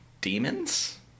demons